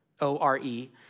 O-R-E